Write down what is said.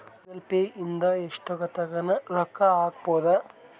Google Pay ಇಂದ ಎಷ್ಟೋತ್ತಗನ ರೊಕ್ಕ ಹಕ್ಬೊದು